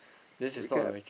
recap